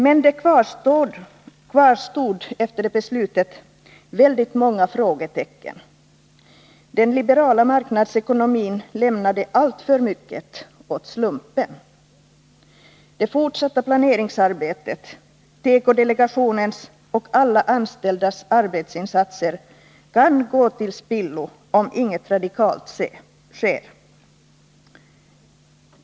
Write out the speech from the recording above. Men det kvarstod väldigt många frågetecken. Den liberala marknadsekonomin lämnade alltför mycket åt slumpen. Det fortsatta planeringsarbetet, tekodelegationens och alla anställdas arbetsinsatser kan gå till spillo om inget radikalt sker.